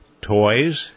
toys